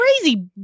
crazy